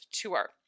tour